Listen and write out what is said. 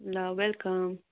ल वेलकम